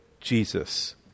Jesus